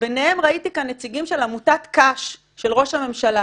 ביניהם ראיתי כאן נציגים של עמותת קש של ראש הממשלה,